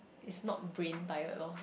it's not brain tired loh